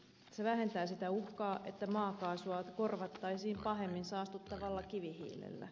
se vähentää sitä uhkaa että maakaasua korvattaisiin pahemmin saastuttavalla kivihiilellä